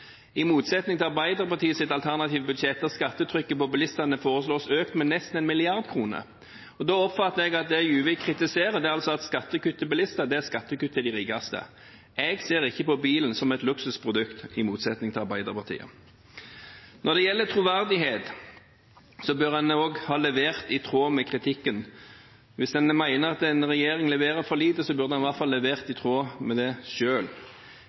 i motsetning til Arbeiderpartiets alternative budsjett, der skattetrykket på bilistene foreslås økt med nesten 1 mrd. kr. Da oppfatter jeg det sånn at det som Juvik kritiserer, er at skattekutt til bilistene er skattekutt til de rikeste. Jeg ser ikke på bilen som et luksusprodukt – i motsetning til Arbeiderpartiet. Når det gjelder troverdighet, bør en også ha levert i tråd med kritikken. Hvis en mener at en regjering leverer for lite, burde en i hvert fall ha levert i tråd med det